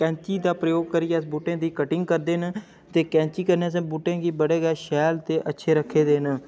कैंची दा प्रयोग करियै अस बूह्टें दी कटिंग करदे न ते कैंची कन्नै असें बूह्टें गी बड़े गै शैल ते अच्छे रक्खे दे न